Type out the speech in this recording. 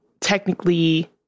technically